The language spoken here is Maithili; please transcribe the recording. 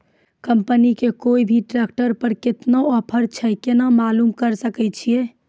कंपनी के कोय भी ट्रेक्टर पर केतना ऑफर छै केना मालूम करऽ सके छियै?